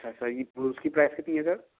अच्छा सही फ़िर उसकी प्राइस कितनी है सर